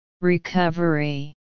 Recovery